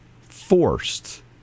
forced